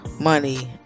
money